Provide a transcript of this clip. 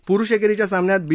मुरुष एक्सीच्या सामन्यात बी